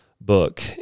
book